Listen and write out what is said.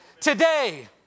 today